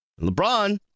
LeBron